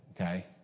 Okay